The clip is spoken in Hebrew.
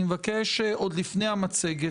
אני מבקש, עוד לפני המצגת,